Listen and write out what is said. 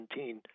2017